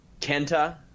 kenta